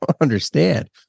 understand